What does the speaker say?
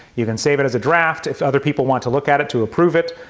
you can save it as a draft if other people want to look at it to approve it.